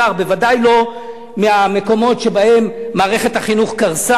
בוודאי לא מהמקומות שבהם מערכת החינוך קרסה.